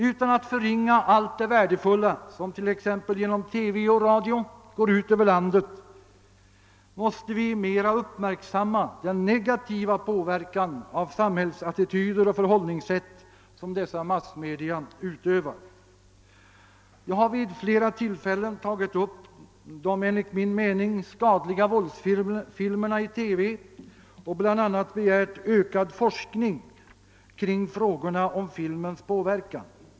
Utan att förringa allt det värdefulla som exempelvis genom TV och radio går ut över landet vill jag säga att vi mera måste uppmärksamma den negativa påverkan av samhällsattityder och förhållningssätt som dessa massmedia utövar. Jag har vid flera tillfällen tagit upp de enligt min mening skadliga våldsfilmerna i TV och bl.a. begärt ökad forskning kring frågorna om filmens påverkan.